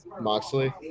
Moxley